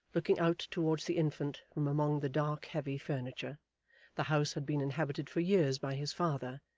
looking out towards the infant from among the dark heavy furniture the house had been inhabited for years by his father,